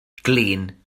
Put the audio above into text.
glin